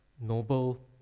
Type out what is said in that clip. noble